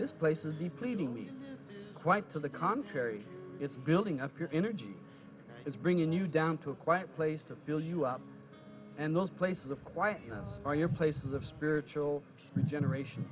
this place is eep leading me quite to the contrary it's building up your energy it's bringing you down to a quiet place to build you up and those places of quiet you know are your places of spiritual regeneration